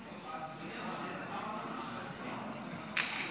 עשר דקות לרשותך, בבקשה.